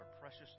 precious